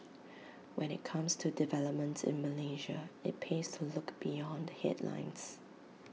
when IT comes to developments in Malaysia IT pays to look beyond headlines